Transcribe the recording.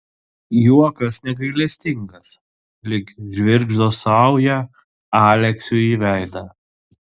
juokas negailestingas lyg žvirgždo sauja aleksiui į veidą